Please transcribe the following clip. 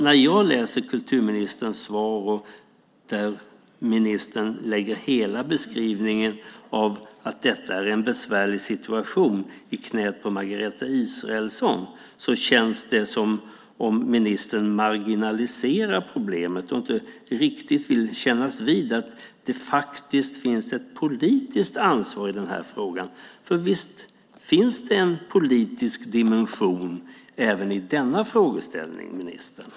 När jag läser kulturministerns svar där hon lägger hela beskrivningen av att detta är en besvärlig situation i knät på Margareta Israelsson känns det som om ministern marginaliserar problemet och inte riktigt vill kännas vid att det faktiskt finns ett politiskt ansvar i frågan. För visst finns det en politisk dimension även i denna frågeställning, ministern?